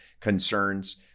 concerns